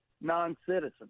non-citizen